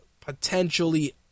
potentially